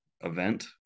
event